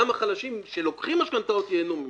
גם החלשים שלוקחים את המשכנתאות ייהנו ממנה.